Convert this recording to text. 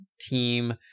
team